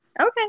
Okay